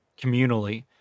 communally